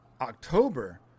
October